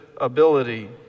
ability